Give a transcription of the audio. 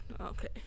Okay